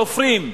סופרים,